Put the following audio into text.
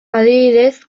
adibidez